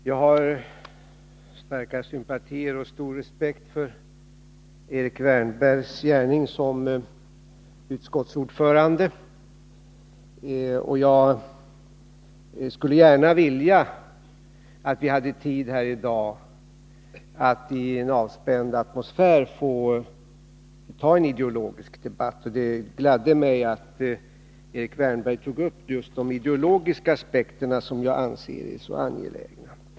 Jag har starka sympatier och stor respekt för Erik Wärnbergs gärning som utskottsordförande, och jag skulle gärna vilja att vi hade tid här i dag att i en avspänd atmosfär ta upp en ideologisk debatt; det gladde mig att Erik Wärnberg tog upp just de ideologiska aspekterna, som jag anser är så angelägna.